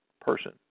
person